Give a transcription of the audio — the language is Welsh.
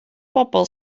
bobl